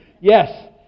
yes